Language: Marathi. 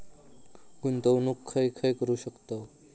गुंतवणूक खय खय करू शकतव?